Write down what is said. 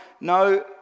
no